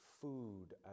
food